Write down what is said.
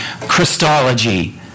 Christology